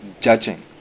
judging